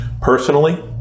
Personally